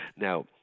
now